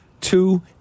two